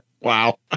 Wow